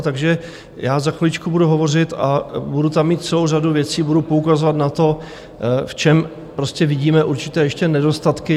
Takže já za chviličku budu hovořit a budu tam mít celou řadu věcí, budu poukazovat na to, v čem vidíme určité ještě nedostatky.